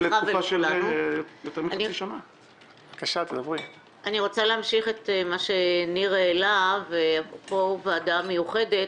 אני רוצה להמשיך את מה שניר העלה אפרופו ועדה מיוחדת